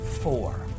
four